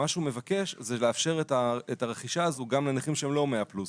מה שהוא מבקש זה לאפשר את הרכישה הזו גם לנכים שהם לא 100 פלוס.